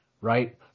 Right